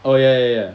oh ya ya ya